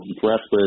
breathless